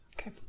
Okay